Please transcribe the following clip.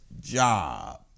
job